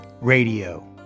Radio